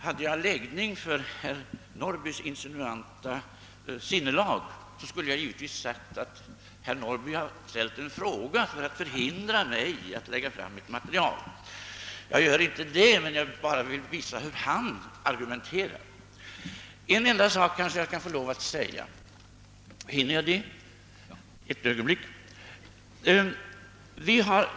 Hade jag läggning för herr Norrbys insinuanta sätt att argumentera skulle jag givetvis ha sagt att herr Norrby ställt en fråga för att hindra mig att lägga fram mitt material. Jag gör inte det, utan jag vill bara visa hur han argumenterar. En enda sak kanske jag får lov att säga.